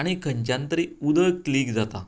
आनी खंयच्यानतरी उदक लीक जाता